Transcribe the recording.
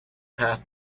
path